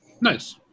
Nice